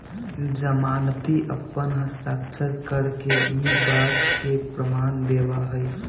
जमानती अपन हस्ताक्षर करके ई बात के प्रमाण देवा हई